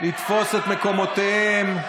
לתפוס את מקומותיהם.